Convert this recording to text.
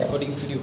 recording studio